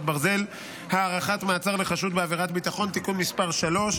ברזל) (הארכת מעצר לחשוד בעבירת ביטחון) (תיקון מס' 3),